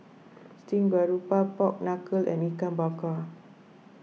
Stream Grouper Pork Knuckle and Ikan Bakar